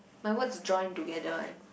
my words join together one